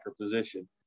position